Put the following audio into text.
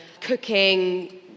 cooking